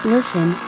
Listen